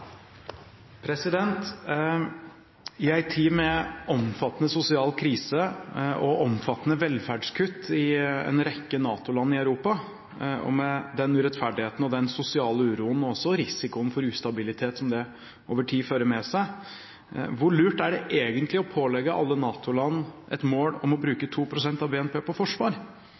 I en tid med en omfattende sosial krise og omfattende velferdskutt i en rekke NATO-land i Europa, og med den urettferdigheten, den sosiale uroen og også risikoen for ustabilitet som det over tid fører med seg, hvor lurt er det egentlig å pålegge alle NATO-land et mål om å